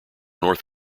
north